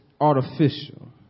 artificial